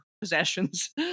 possessions